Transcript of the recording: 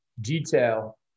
detail